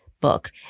book